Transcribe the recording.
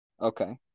Okay